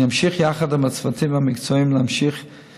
אני אמשיך יחד עם הצוותים המקצועיים בהמשך